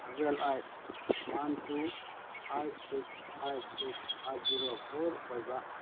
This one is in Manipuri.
ꯁꯕꯦꯜ eight one two eight six ꯐꯥꯏꯕ ꯁꯤꯛꯁ ꯑꯥꯏꯠ ꯖꯤꯔꯣ ꯐꯣꯔ ꯑꯣꯏꯕ